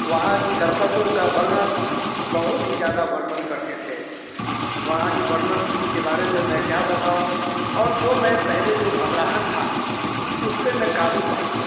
वहाँ की दर्शकों का वर्णन बहुत ही ज़्यादा वर्णन करते थे वहाँ की वर्णन की के बारे में मैं क्या बताऊँ और जो मैं पहले जो घबराहट था उस पे मैं काबू पा लिया